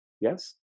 yes